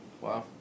Wow